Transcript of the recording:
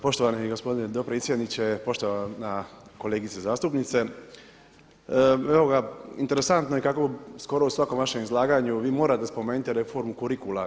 Poštovani gospodine dopredsjedniče, poštovana kolegice zastupnice evo ga interesantno je kako skoro u svakom vašem izlaganju vi morate spomenuti reformu kurikula.